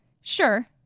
sure